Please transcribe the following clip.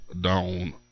down